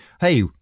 hey